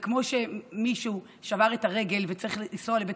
וכמו שמי ששבר את הרגל וצריך לנסוע לבית